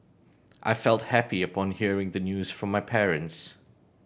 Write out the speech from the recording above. I felt happy upon hearing the news from my parents